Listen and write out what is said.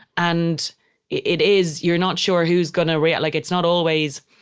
and it is. you're not sure who's gonna react, like it's not always,